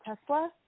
Tesla